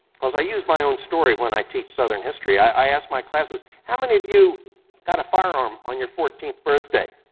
cause i use my own story when i teach southern history, i ask my classes, how many of you got a firearm on your fourteenth birthday?